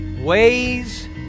Ways